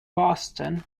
boston